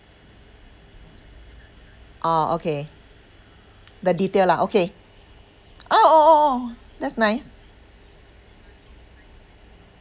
oh okay the detail lah okay ah oh oh oh that's nice